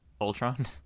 ultron